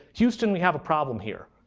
houston, we have a problem here.